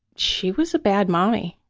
she was bad mommy.